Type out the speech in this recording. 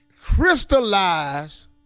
crystallized